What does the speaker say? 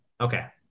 okay